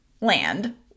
land